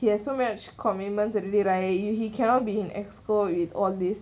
he has so much commitments already right he he cannot be in EXCO with all these